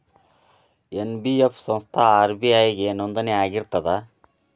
NBF ಸಂಸ್ಥಾ RBI ಗೆ ನೋಂದಣಿ ಆಗಿರ್ತದಾ?